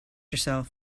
herself